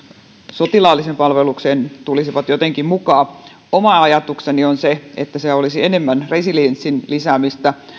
sotilaalliseen palvelukseen tulisivat jotenkin mukaan oma ajatukseni on se että se olisi enemmän resilienssin lisäämistä